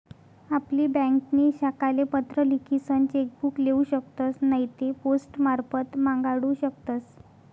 आपली ब्यांकनी शाखाले पत्र लिखीसन चेक बुक लेऊ शकतस नैते पोस्टमारफत मांगाडू शकतस